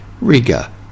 Riga